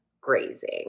grazing